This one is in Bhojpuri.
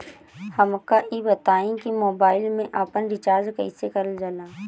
हमका ई बताई कि मोबाईल में आपन रिचार्ज कईसे करल जाला?